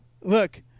Look-